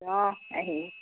অঁ আহিবি